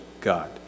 God